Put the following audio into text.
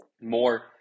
more